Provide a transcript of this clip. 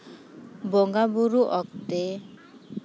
ᱵᱚᱸᱜᱟᱼᱵᱩᱨᱩ ᱚᱠᱛᱮ